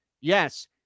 yes